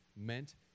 meant